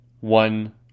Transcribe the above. one